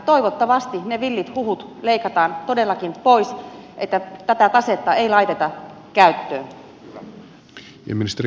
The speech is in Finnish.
toivottavasti ne villit huhut leikataan todellakin pois että tätä tasetta ei laiteta käyttöön